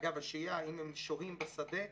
אגב, אם הם שוהים בשדה,